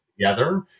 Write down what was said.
together